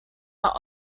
are